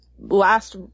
last